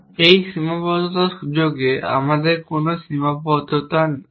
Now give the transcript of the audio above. এই সীমাবদ্ধতার সুযোগে আমাদের কোন সীমাবদ্ধতা আছে